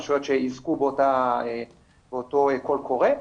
רשויות שיזכו באותו קול קורא,